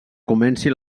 comenci